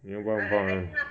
没有办法